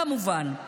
כמובן,